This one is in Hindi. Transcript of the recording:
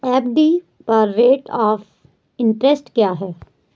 एफ.डी पर रेट ऑफ़ इंट्रेस्ट क्या है?